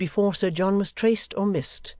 indeed before sir john was traced or missed,